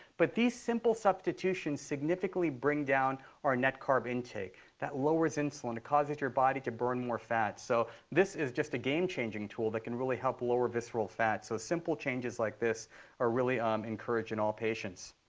but these simple substitutions significantly bring down our net carb intake. that lowers insulin. it causes your body to burn more fat. so this is just a game-changing tool that can really help lower visceral fat. so simple changes like this are really um encouraged in all patients.